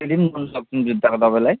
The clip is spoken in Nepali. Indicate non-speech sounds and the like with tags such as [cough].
[unintelligible] जुत्ता तपाईँलाई